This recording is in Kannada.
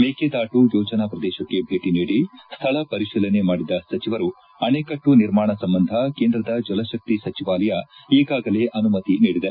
ಮೇಕೆದಾಟು ಯೋಜನಾ ಶ್ರದೇಶಕ್ಕೆ ಭೇಟಿ ನೀಡಿ ಸ್ಥಳ ಪರಿಶೀಲನೆ ಮಾಡಿದ ಸಚಿವರು ಅಣೆಕಟ್ಟು ನಿರ್ಮಾಣ ಸಂಬಂಧ ಕೇಂದ್ರದ ಜಲಶಕ್ತಿ ಸಚಿವಾಲಯ ಈಗಾಗಲೇ ಅನುಮತಿ ನೀಡಿದೆ